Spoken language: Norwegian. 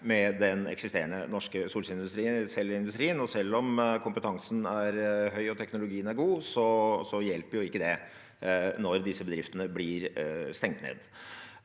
med den eksisterende norske solcelleindustrien. Og selv om kompetansen er høy og teknologien er god, hjelper ikke det når disse bedriftene blir stengt ned.